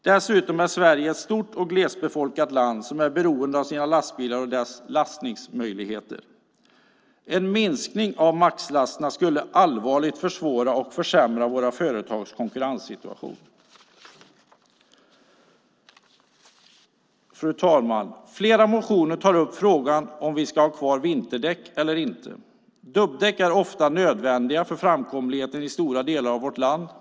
Dessutom är Sverige ett stort och glesbefolkat land som är beroende av sina lastbilar och deras lastningsmöjligheter. En minskning av maxlasterna skulle allvarligt försvåra och försämra våra företags konkurrenssituation. Fru talman! I flera motioner tar man upp frågan om huruvida vi ska ha kvar vinterdäck eller inte. Dubbdäck är ofta nödvändiga för framkomligheten i stora delar av vårt land.